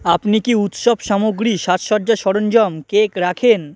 আপনি কি উৎসব সামগ্রী সাজসজ্জার সরঞ্জাম কেক রাখেন